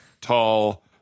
tall